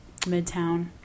Midtown